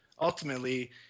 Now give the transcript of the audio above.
ultimately